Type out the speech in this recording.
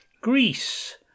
greece